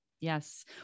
Yes